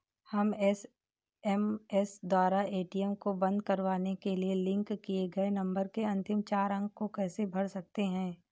हम एस.एम.एस द्वारा ए.टी.एम को बंद करवाने के लिए लिंक किए गए नंबर के अंतिम चार अंक को कैसे भर सकते हैं?